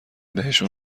بهشون